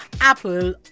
Apple